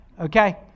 okay